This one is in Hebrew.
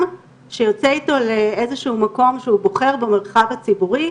שיוצא איתו לאיזה מקום שהוא בוחר במרחב הציבורי,